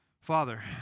Father